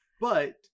But-